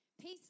Peace